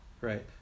right